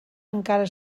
encara